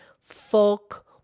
folk